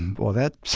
well, that's